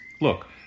Look